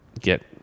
get